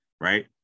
right